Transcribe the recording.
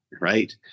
right